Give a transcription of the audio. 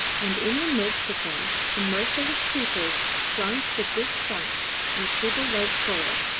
and in the midst of them the merciless creepers clung to the big trunks in cable-like coils,